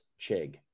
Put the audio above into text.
Chig